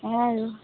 সেয়াই আৰু